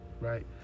Right